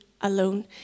alone